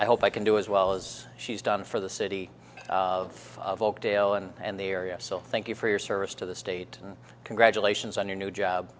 i hope i can do as well as she's done for the city of folk tale and the area so thank you for your service to the state and congratulations on your new